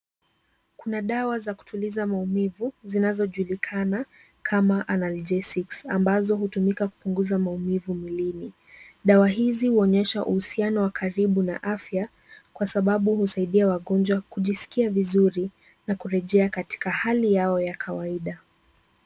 Kuna dawa za kutuliza maumivu, zinazojulikana kama Analgesic ambazo hutumika kupunguza maumivu mwilini. Dawa hizi huonyesha uhusiano wa karibu na afya, kwa sababu husaidia wagonjwa kujiskia vizuri na kurejea katika hali yao ya kawaida